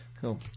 cool